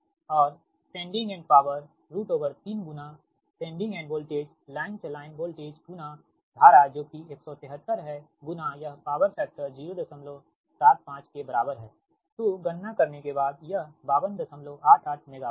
और sending end power गुणा sending end voltage line से लाइन वोल्टेज गुणा धारा जो कि 173 है गुणा यह पॉवर फैक्टर 075 के बराबर है तो गणना करने के बाद यह 5288 मेगावाट है